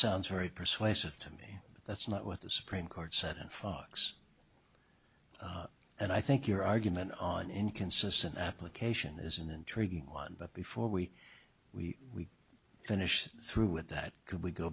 sounds very persuasive to me but that's not what the supreme court said on fox and i think your argument on inconsistent application is an intriguing one but before we we finished through with that could we go